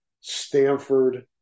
Stanford